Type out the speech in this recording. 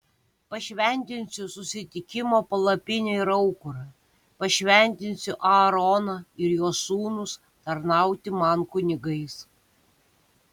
pašventinsiu susitikimo palapinę ir aukurą pašventinsiu aaroną ir jo sūnus tarnauti man kunigais